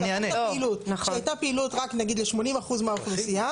שהייתה פעילות רק נגיד ל-80% מהאוכלוסייה